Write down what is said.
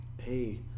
hey